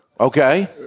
Okay